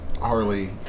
Harley